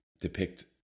depict